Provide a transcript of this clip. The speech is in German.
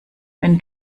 wenn